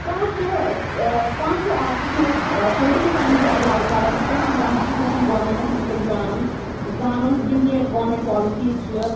کانٛہہ چھُ ٲں کانٛہہ چھُ آرٹسَس مَنٛز ٲں پولٹِکَل ساینَس زیادٕ لایک کران تِکیٛاز سُہ چھُ دَپان بہٕ چھُس یَژھان گارمنٹَس متعلق جانُن زانُن یم تہِ گورمیٚنٛٹ پالسیٖز چھِ